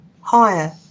higher